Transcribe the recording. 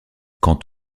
quant